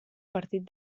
partit